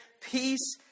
peace